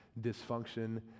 dysfunction